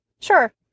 Sure